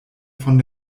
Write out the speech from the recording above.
von